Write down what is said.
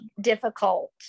difficult